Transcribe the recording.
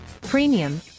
premium